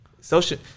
Social